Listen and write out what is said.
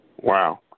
Wow